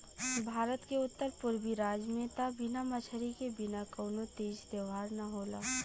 भारत के उत्तर पुरबी राज में त बिना मछरी के बिना कवनो तीज त्यौहार ना होला